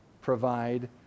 provide